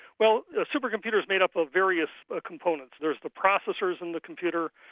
well the supercomputer is made up of various ah components. there's the processors in the computer,